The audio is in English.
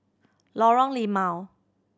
Lorong Limau